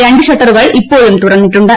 രണ്ടു ഷട്ടറുകൾ ഇപ്പോഴും തുറന്നിട്ടുണ്ട്